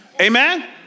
Amen